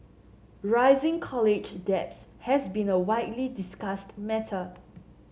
rising college debts has been a widely discussed matter